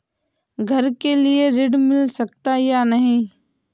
घर के लिए ऋण मिल सकता है या नहीं?